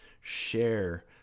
share